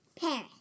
Paris